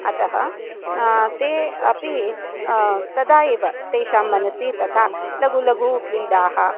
अतः ते अपि तदा एव तेषां मनसि तथा लघ्व्यः लघ्व्यः क्रीडाः